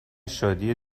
شادی